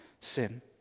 sin